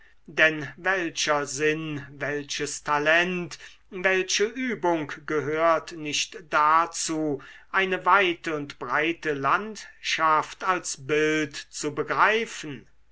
denn welcher sinn welches talent welche übung gehört nicht dazu eine weite und breite landschaft als bild zu begreifen